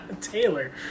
taylor